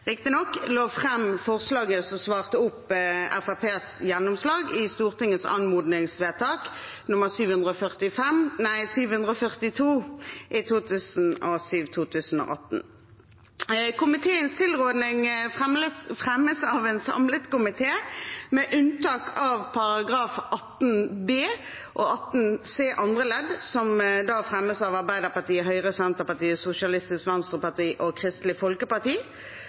forslaget som svarte opp Fremskrittspartiets gjennomslag for Stortingets anmodningsvedtak 742 for 2017–2018. Komiteens tilråding fremmes av en samlet komité, med unntak av §§ 18 b andre ledd og 18 c andre ledd, som fremmes av Arbeiderpartiet, Høyre, Senterpartiet, Sosialistisk Venstreparti og Kristelig Folkeparti.